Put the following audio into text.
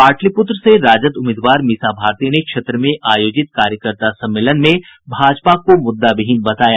पाटलिपुत्र से राजद उम्मीदवार मीसा भारती ने क्षेत्र में आयोजित कार्यकर्ता सम्मेलन में भाजपा को मुद्दाविहीन बताया